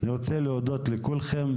אני רוצה להודות לכולכם.